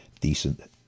decent